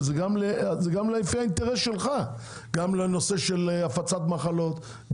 גם על פי האינטרס שלך: הנושא של הפצת מחלות,